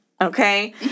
okay